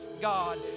god